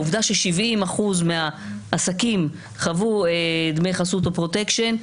העובדה ש-70% מהעסקים חוו דמי חסות או פרוטקשן,